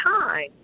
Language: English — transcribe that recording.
time